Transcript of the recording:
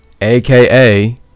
aka